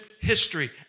history